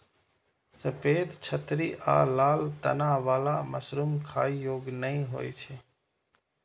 सफेद छतरी आ लाल तना बला मशरूम खाइ योग्य नै होइ छै